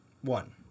One